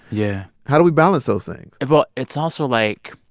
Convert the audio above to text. yeah how do we balance those things? well, it's also, like,